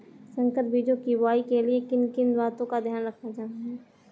संकर बीजों की बुआई के लिए किन किन बातों का ध्यान रखना चाहिए?